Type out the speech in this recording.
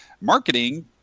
marketing